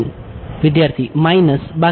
વિદ્યાર્થી માઇનસ બાકી